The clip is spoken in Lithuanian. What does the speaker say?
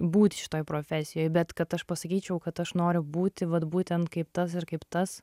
būti šitoj profesijoj bet kad aš pasakyčiau kad aš noriu būti vat būtent kaip tas ir kaip tas